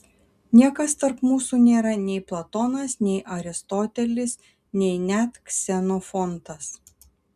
niekas tarp mūsų nėra nei platonas nei aristotelis nei net ksenofontas